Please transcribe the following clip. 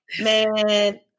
man